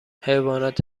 حیوانات